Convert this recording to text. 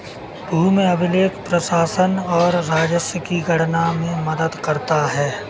भूमि अभिलेख प्रशासन और राजस्व की गणना में मदद करता है